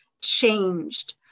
changed